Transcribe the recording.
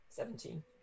Seventeen